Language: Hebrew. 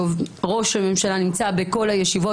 הוא נמצא בכל הישיבות,